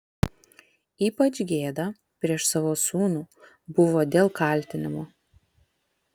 ypač gėda prieš savo sūnų buvo dėl kaltinimo